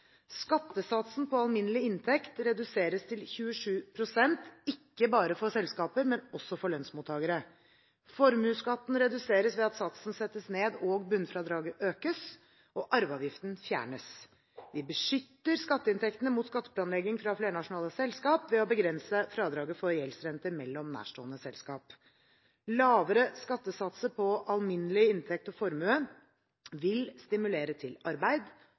Skattesatsen på alminnelig inntekt reduseres til 27 pst., ikke bare for selskaper, men også for lønnsmottakere. Formuesskatten reduseres ved at satsen settes ned og bunnfradraget økes, og arveavgiften fjernes. Vi beskytter skatteinntektene mot skatteplanlegging fra flernasjonale selskap ved å begrense fradraget for gjeldsrenter mellom nærstående selskap. Lavere skattesatser på alminnelig inntekt og formue vil stimulere til arbeid,